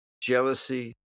jealousy